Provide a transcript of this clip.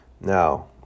Now